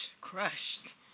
crushed